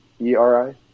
E-R-I